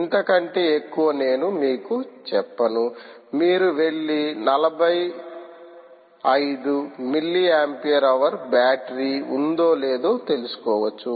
ఇంతకంటే ఎక్కువ నేను మీకు చెప్పను మీరు వెళ్లి 45 మిల్లీ ఆంపియర్ హవర్ బ్యాటరీ ఉందో లేదో తెలుసుకోవచ్చు